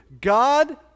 God